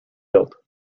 built